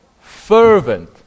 fervent